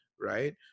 right